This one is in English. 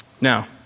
Now